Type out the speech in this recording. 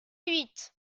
huit